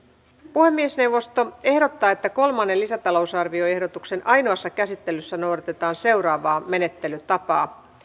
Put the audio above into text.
puhemiesneuvosto ehdottaa että kolmannen lisätalousarvioehdotuksen ainoassa käsittelyssä noudatetaan seuraavaa menettelytapaa